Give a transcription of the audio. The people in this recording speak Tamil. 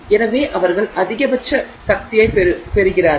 எனவே அவர்கள் அதிகபட்ச சக்தியைப் பெறுகிறார்கள்